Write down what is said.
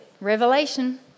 revelation